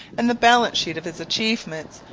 and the balance-sheet of his achievements,